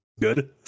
good